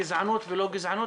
גזענות ולא גזענות,